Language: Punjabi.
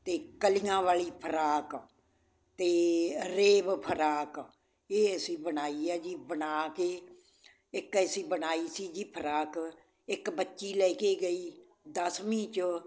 ਅਤੇ ਕਲੀਆਂ ਵਾਲੀ ਫਰਾਕ ਅਤੇ ਰੇਵ ਫਰਾਕ ਇਹ ਅਸੀਂ ਬਣਾਈ ਹੈ ਜੀ ਬਣਾ ਕੇ ਇੱਕ ਅਸੀਂ ਬਣਾਈ ਸੀ ਜੀ ਫਰਾਕ ਇੱਕ ਬੱਚੀ ਲੈ ਕੇ ਗਈ ਦਸਵੀਂ 'ਚ